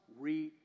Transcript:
reach